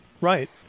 right